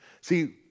See